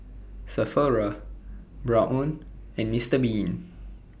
Sephora Braun and Mr Bean